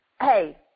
hey